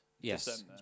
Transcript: Yes